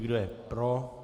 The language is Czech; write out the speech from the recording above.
Kdo je pro?